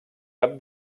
cap